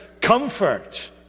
Comfort